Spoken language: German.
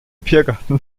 biergarten